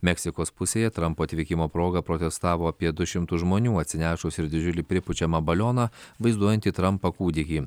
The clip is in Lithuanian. meksikos pusėje trampo atvykimo proga protestavo apie du šimtus žmonių atsinešusių ir didžiulį pripučiamą balioną vaizduojantį trampą kūdikį